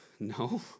No